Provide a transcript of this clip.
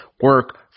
Work